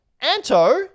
Anto